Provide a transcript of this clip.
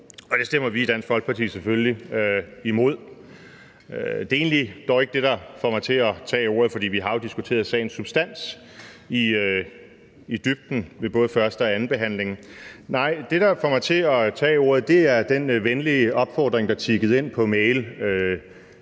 og det stemmer vi i Dansk Folkeparti selvfølgelig imod. Det er egentlig dog ikke det, der får mig til at tage ordet, for vi har jo diskuteret sagens substans i dybden ved både første- og andenbehandlingen. Nej, det, der får mig til at tage ordet, er den venlige opfordring, der tiggede ind på mail